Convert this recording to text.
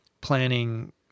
planning